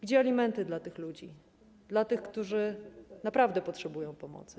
Gdzie alimenty dla tych ludzi, dla tych, którzy naprawdę potrzebują pomocy?